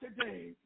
today